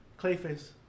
Clayface